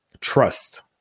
trust